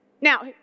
Now